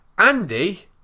Andy